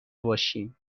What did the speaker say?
باشیم